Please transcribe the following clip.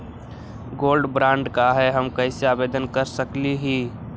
Gold bond का है, हम कैसे आवेदन कर सकली ही?